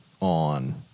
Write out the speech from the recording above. on